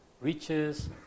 riches